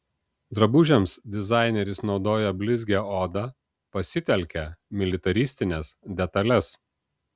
drabužiams dizaineris naudoja blizgią odą pasitelkia militaristines detales